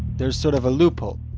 there is sort of a loophole,